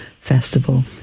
festival